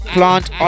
Plant